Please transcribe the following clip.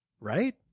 right